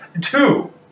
Two